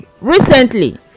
Recently